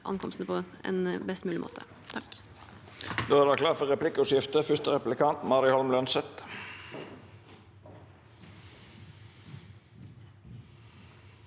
ankomstene på en best mulig måte.